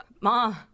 Mom